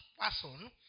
person